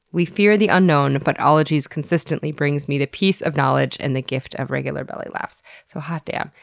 we fear the unknown, but ologies consistently brings me the peace of knowledge, and the gift of regular belly laughs. so hot damn.